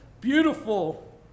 beautiful